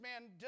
man